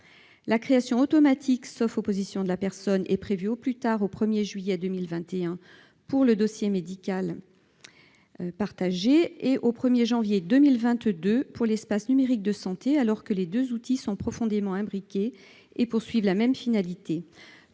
La création automatique, sauf opposition de la personne, est prévue au plus tard au 1 juillet 2021 pour le dossier médical partagé et au 1 janvier 2022 pour l'espace numérique de santé, alors que les deux outils sont profondément imbriqués et ont la même finalité.